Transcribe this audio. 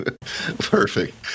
Perfect